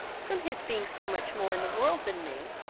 from his being so much more in the world than me,